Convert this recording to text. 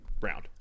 round